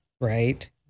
right